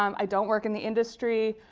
i don't work in the industry.